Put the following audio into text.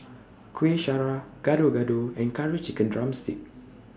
Kueh Syara Gado Gado and Curry Chicken Drumstick